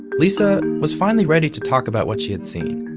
lisa was finally ready to talk about what she had seen.